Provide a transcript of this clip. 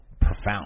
Profound